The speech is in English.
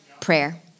prayer